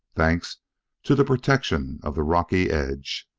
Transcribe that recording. thanks to the protection of the rocky edge.